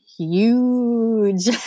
huge